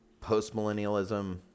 post-millennialism